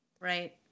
Right